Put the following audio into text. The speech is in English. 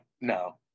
no